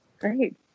Great